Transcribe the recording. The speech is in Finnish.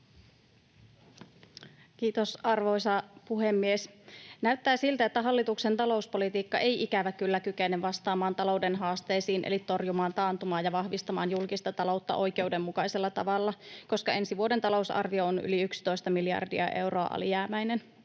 Kiitos, arvoisa puhemies! Näyttää siltä, että hallituksen talouspolitiikka ei, ikävä kyllä, kykene vastaamaan talouden haasteisiin eli torjumaan taantumaa ja vahvistamaan julkista taloutta oikeudenmukaisella tavalla, koska ensi vuoden talousarvio on yli 11 miljardia euroa alijäämäinen.